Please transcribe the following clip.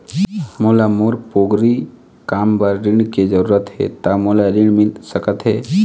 मोला मोर पोगरी काम बर ऋण के जरूरत हे ता मोला ऋण मिल सकत हे?